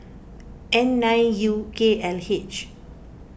N nine U K L H